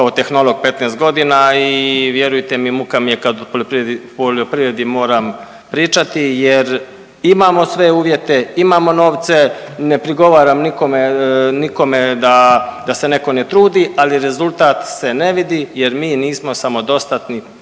kao tehnolog 15 godina i vjerujte mi muka mi je kad o poljoprivredi moram pričati jer imamo sve uvjete, imamo novce, ne prigovaram nikome da se niko ne trudi, ali rezultat se ne vidi jer mi nismo samodostatni